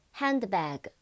handbag